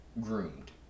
groomed